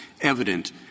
evident